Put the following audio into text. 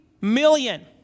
million